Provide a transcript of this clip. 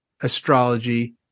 astrology